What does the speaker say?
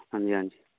ਹਾਂਜੀ ਹਾਂਜੀ